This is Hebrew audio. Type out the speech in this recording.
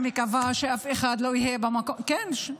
אני מקווה שאף אחד לא יהיה במקום --- זה לא,